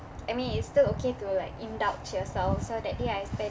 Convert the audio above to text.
I mean it's still okay to like indulge yourself so that day I spend